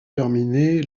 terminée